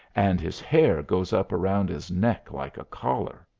and his hair goes up around his neck like a collar.